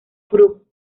group